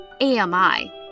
AMI